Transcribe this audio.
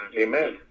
Amen